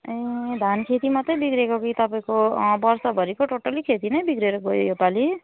ए धान खेती मात्रै बिग्रेको कि तपाईँको वर्षभरिको टोटली खेती नै बिग्रेर गयो यो पालि